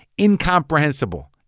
incomprehensible